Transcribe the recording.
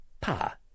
Pa